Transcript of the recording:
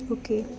okay